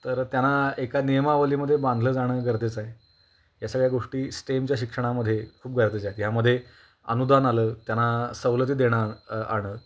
तर त्यांना एका नियमावलीमध्ये बांधलं जाणं गरजेचं आहे या सगळ्या गोष्टी स्टेमच्या शिक्षणामध्ये खूप गरजेच्या आहेत यामध्ये अनुदान आलं त्यांना सवलती देणारं आलं